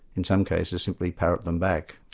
in some cases, simply parrot them back.